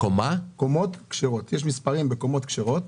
יש מספרים בקומות כשרות.